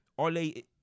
Ole